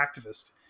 activist